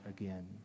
again